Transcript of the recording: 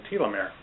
telomere